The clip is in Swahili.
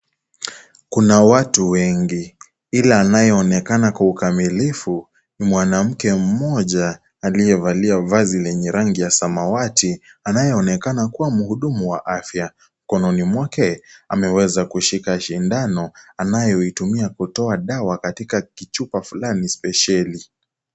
Kuna watu wengi ila anayeonekana kwa ukamilifu ni mwanamke mmoja aliyevalia vazi rasmi lenye rangi ya samawati anayeonekana kuwa mhudumu wa afya . Mkononi mwake, ameweza kushika sindano anayoitumia kutoa dawa katika kichupa fulani sipesheli.